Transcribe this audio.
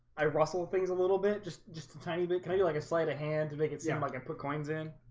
i rustle things a little bit just just a tiny bit kinda like a slide a hand to make it sound like i put coins in